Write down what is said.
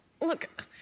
Look